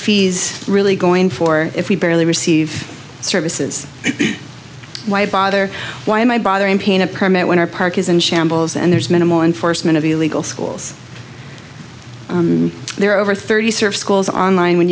fees really going for if we barely receive services why bother why am i bothering pain a permit when our park is in shambles and there's minimal enforcement of the legal schools there are over thirty service schools online when